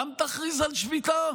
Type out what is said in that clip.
גם תכריזו על שביתה?